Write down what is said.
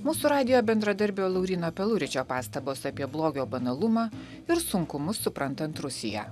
mūsų radijo bendradarbio lauryno peluričio pastabos apie blogio banalumą ir sunkumus suprantant rusiją